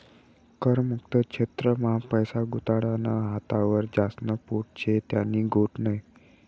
कर मुक्त क्षेत्र मा पैसा गुताडानं हातावर ज्यास्न पोट शे त्यानी गोट नै